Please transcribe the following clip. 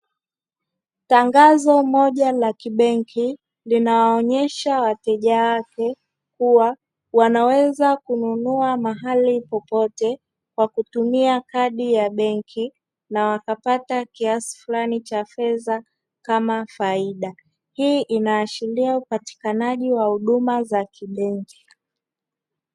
Tangazi moja la kibenki linaonesha wateja wake kuwa wanaweza kununua mahali popote Kwa kutumia kadi ya benki na wanapata kiasi fulani cha fedha kama faida. Hii inaashiria upatikanaji wa huduma za kibenki.